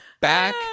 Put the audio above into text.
back